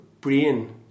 brain